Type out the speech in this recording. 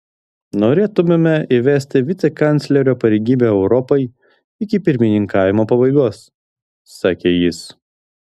norėtumėme įvesti vicekanclerio pareigybę europai iki pirmininkavimo pabaigos sakė jis